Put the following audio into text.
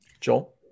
Joel